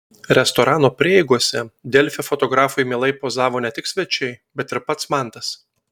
restorano prieigose delfi fotografui mielai pozavo ne tik svečiai bet ir pats mantas